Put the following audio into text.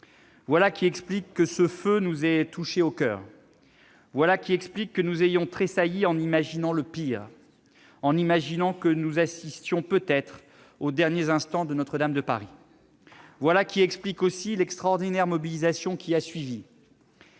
Voilà qui explique que ce feu nous ait touchés au coeur. Voilà qui explique que nous ayons tressailli en imaginant le pire, en imaginant que nous assistions, peut-être, aux derniers instants de Notre-Dame de Paris. Voilà qui explique, aussi, l'extraordinaire mobilisation qui a suivi,